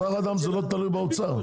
כוח האדם לא תלוי באוצר.